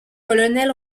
colonel